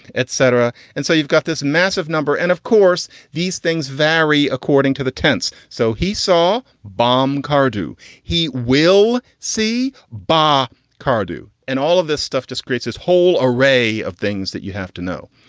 etc. and so you've got this massive number. and of course, these things vary according to the tents. so he saw bomb car do he will see bar car do. and all of this stuff just creates this whole array of things that you have to know.